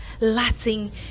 Latin